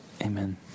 Amen